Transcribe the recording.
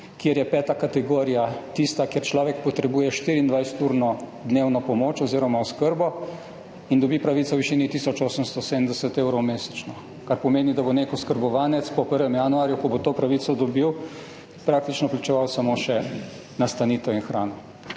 kjer je peta kategorija tista, kjer človek potrebuje 24-urno dnevno pomoč oziroma oskrbo in dobi pravico v višini tisoč 870 evrov mesečno, kar pomeni, da bo nek oskrbovanec po 1. januarju, ko bo to pravico dobil, praktično plačeval samo še nastanitev in hrano.